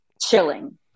chilling